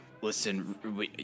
Listen